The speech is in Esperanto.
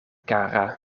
kara